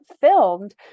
filmed